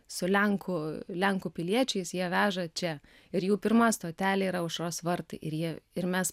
su lenkų lenkų piliečiais jie veža čia ir jų pirma stotelė yra aušros vartai ir jie ir mes